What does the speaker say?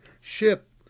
ship